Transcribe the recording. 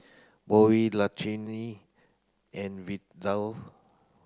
Boysie and Vidal